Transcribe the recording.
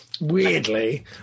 Weirdly